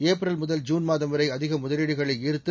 April முதல் June மாதம் வரை அதிக முதலீடுகளை ஈர்த்து